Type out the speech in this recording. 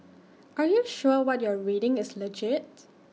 are you sure what you're reading is legit